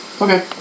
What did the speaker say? Okay